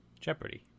Jeopardy